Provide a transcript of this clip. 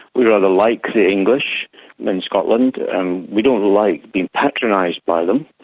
we rather like the english in scotland and we don't like being patronised by them.